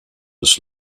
des